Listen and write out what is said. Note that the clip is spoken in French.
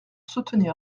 soutenir